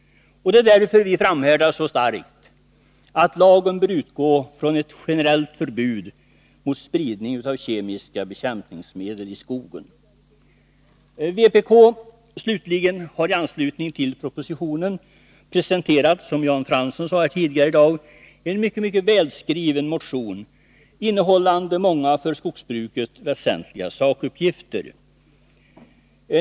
Det är därför vi framhärdar så starkt i att lagen bör utgå från ett generellt förbud mot spridning av kemiska bekämpningsmedel i skogen. Vpk har i anslutning till propositionen presenterat, som Jan Fransson sade här tidigare i dag, en mycket välskriven motion, innehållande många för skogsbruket väsentliga sakuppgifter.